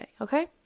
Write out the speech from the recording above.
okay